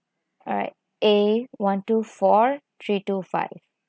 alright A one two four three two five